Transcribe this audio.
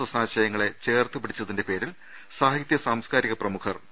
S ആശയങ്ങളെ ചേർത്ത് പിടിച്ചതിന്റെ പേരിൽ സാഹിത്യ സാംസ്കാരിക പ്രമുഖർ പി